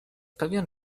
pewien